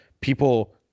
people